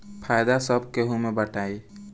फायदा सब केहू मे बटाई